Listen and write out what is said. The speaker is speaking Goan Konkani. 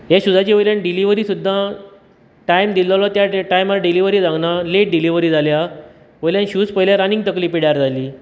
ह्या शुजाची वयल्यान डिलीवरी सुद्दां टाय्म दिला त्या टायमार डिलीवरी जावंक ना लेट डिलीवरी जाल्या वयल्यान शूज पयल्यार आनीक तकली पिड्यार जाली